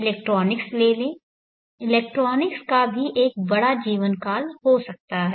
electronics ले ले electronics का भी एक बड़ा जीवन काल हो सकता है